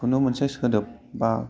खुनु मोनसे सोदोब बा